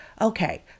Okay